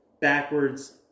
backwards